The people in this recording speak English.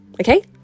okay